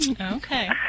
Okay